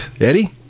Eddie